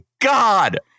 God